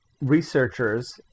researchers